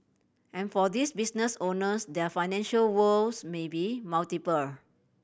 and for these business owners their financial woes may be multiple